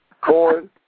corn